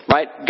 Right